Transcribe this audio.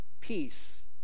peace